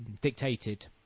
dictated